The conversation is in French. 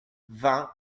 vingt